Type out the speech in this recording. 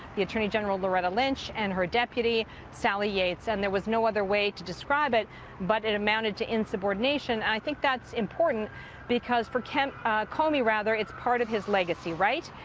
the attorney general loretta lynch, and her deputy sally yates. and there was no other way to describe it but it amounted to insubordination. i think that's important because, for comey, rather, it's part of his legacy, right?